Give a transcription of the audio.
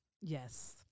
Yes